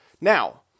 Now